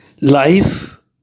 Life